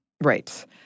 Right